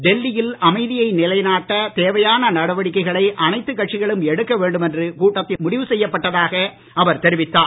டெல்லியில் அமைதியை நிலைநாட்ட தேவையான நடவடிக்கைகளை அனைத்து கட்சிகளும் எடுக்க வேண்டும் என்று கூட்டத்தில் முடிவு செய்யப்பட்டதாக அவர் தெரிவித்தார்